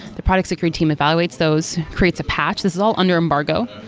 the product security team evaluates those, creates a patch, this is all under embargo,